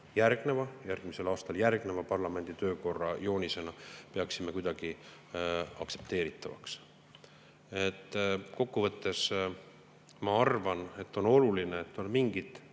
järgmisel aastal parlamendi töökorra joonisena peaksime kuidagi aktsepteeritavaks. Kokkuvõttes, ma arvan, on oluline, et on mingid